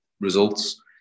Results